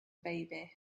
baby